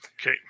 okay